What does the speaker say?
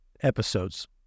episodes